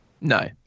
no